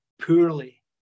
poorly